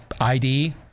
ID